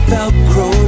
Velcro